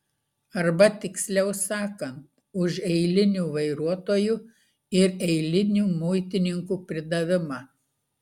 arba tiksliau sakant už eilinių vairuotojų ir eilinių muitininkų pridavimą